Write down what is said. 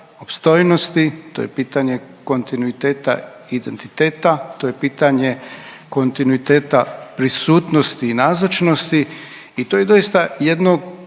To je pitanje kontinuiteta i identiteta, to je pitanje kontinuiteta prisutnosti i nazočnosti i to je doista jedno